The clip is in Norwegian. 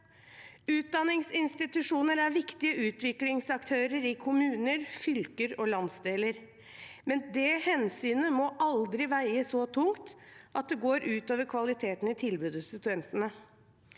Utdanningsinstitusjoner er viktige utviklingsaktører i kommuner, fylker og landsdeler, men det hensynet må aldri veie så tungt at det går ut over kvaliteten i tilbudet til studentene.